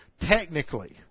Technically